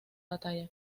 batalla